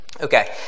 Okay